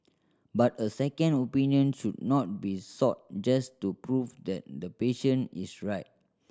but a second opinion should not be sought just to prove that the patient is right